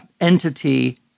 entity